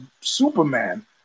Superman